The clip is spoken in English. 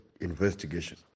investigation